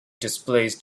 displaced